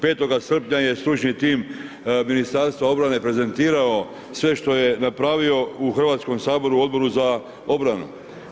5. srpnja je stručni tim Ministarstva obrane prezentirao sve što je napravio u Hrvatskom saboru Odboru za obranu.